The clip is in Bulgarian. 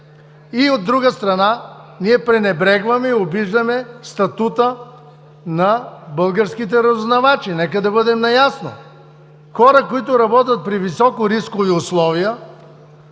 И, от друга страна, ние пренебрегваме и обиждаме статута на българските разузнавачи. Нека да бъдем наясно – хора, които работят при високорискови условия,